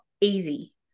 easy